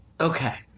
Okay